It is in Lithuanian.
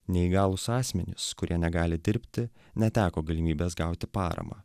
neįgalūs asmenys kurie negali dirbti neteko galimybės gauti paramą